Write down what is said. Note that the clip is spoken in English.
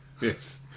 yes